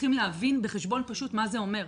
צריכים להבין בחשבון פשוט מה זה אומר.